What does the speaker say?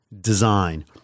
design